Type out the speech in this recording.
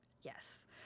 Yes